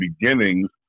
beginnings